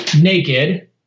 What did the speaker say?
Naked